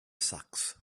sax